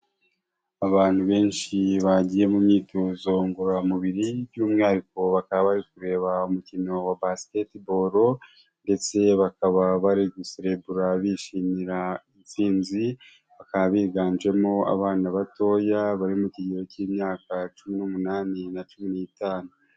Abantu benshi bagiye mu myitozo ngororamubiri by'umwihariko bakaba bari kureba umukino wa basiketiboro ndetse bakaba bariguserebura bishimira intsinzi, bakaba biganjemo abana batoya bari mu kigero cy'imyaka cumi n'umunani na cumi n'itanu.